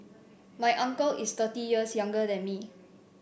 my uncle is thirty years younger than me